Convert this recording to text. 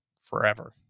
forever